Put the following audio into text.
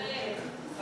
נא לדייק.